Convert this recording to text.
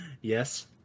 yes